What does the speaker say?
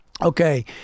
Okay